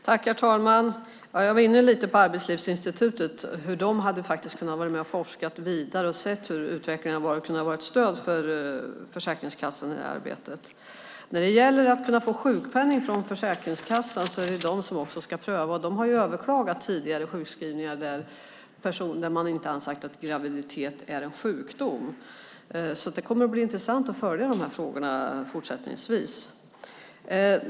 Herr talman! Jag var inne på att Arbetslivsinstitutet hade kunnat vara med och forskat vidare på hur utvecklingen har sett ut. De hade kunnat vara ett stöd för Försäkringskassan i det här arbetet. Det är Försäkringskassan som ska pröva om man får sjukpenning, och de har ju överklagat tidigare sjukskrivningar där man inte har ansett att graviditet är en sjukdom. Det kommer att bli intressant att följa de här frågorna fortsättningsvis.